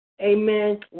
Amen